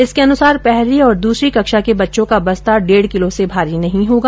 इसके अनुसार पहली और दूसरी कक्षा के बच्चों का बस्ता डेढ किलो से भारी नहीं होगा